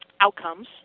outcomes